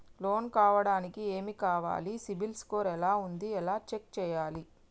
Loan కావడానికి ఏమి కావాలి సిబిల్ స్కోర్ ఎలా ఉంది ఎలా చెక్ చేయాలి?